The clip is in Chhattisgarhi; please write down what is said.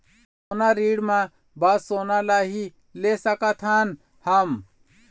सोना ऋण मा बस सोना ला ही ले सकत हन हम?